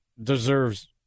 Deserves